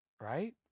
Right